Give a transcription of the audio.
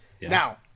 Now